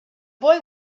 boy